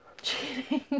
Cheating